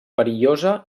perillosa